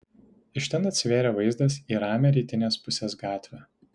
iš ten atsivėrė vaizdas į ramią rytinės pusės gatvę